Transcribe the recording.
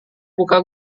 buka